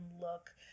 look